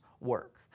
work